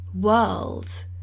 world